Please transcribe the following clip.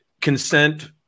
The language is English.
consent